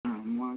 हो मग